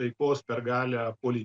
taikos per galią politiką